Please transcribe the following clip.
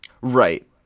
Right